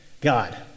God